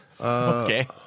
okay